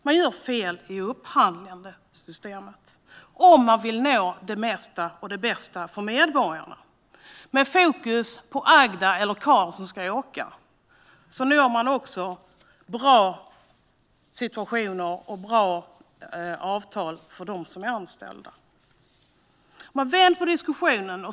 Man gör fel i upphandlingssystemet om man vill nå det mesta och det bästa för medborgarna. Med fokus på Agda eller Karl som ska åka når man också bra situationer och bra avtal för dem som är anställda. Vänd på diskussionen!